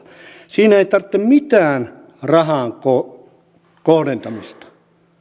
siinä ei tarvitse mitään rahan kohdentamista